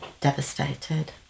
Devastated